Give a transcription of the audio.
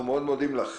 אנחנו מאוד מודים לך.